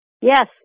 Yes